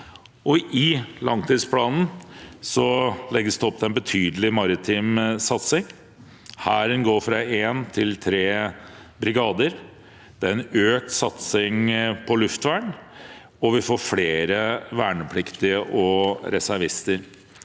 I langtidsplanen legges det opp til en betydelig maritim satsing, Hæren går fra én til tre brigader, det er en økt satsing på luftvern, og vi får flere vernepliktige og reservister.